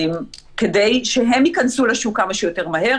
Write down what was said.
כדי שהן ייכנסו לשוק כמה שיותר מהר.